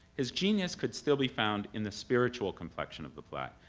his genius could still be found in the spiritual complexion of the play,